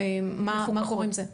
מה קורה עם זה?